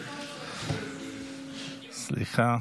סליחה.